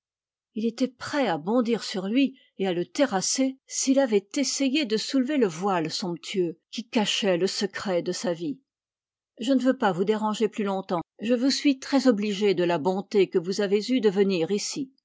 il était prêt à bondir sur lui et à le terrasser s'il avait essayé de soulever le voile somptueux qui cachait le secret de sa vie je ne veux pas vous déranger plus longtemps je vous suis très obligé de la bonté que vous avez eue de venir ici